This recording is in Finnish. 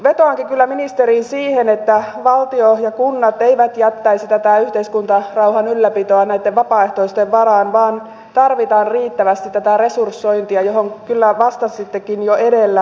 vetoankin kyllä ministeriin että valtio ja kunnat eivät jättäisi tätä yhteiskuntarauhan ylläpitoa näitten vapaaehtoisten varaan vaan tarvitaan riittävästi tätä resursointia johon liittyen kyllä vastasittekin jo edellä